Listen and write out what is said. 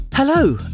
Hello